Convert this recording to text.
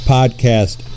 Podcast